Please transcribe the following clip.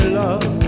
love